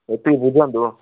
ଏତିକି ବୁଝନ୍ତୁ